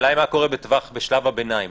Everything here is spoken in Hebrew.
השאלה מה קורה בשלב הביניים,